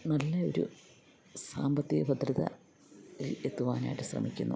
നല്ലയൊരു സാമ്പത്തിക ഭദ്രത എത്തുവാനായിട്ട് ശ്രമിക്കുന്നു